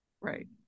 Right